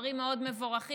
דברים מאוד מבורכים,